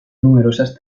numerosas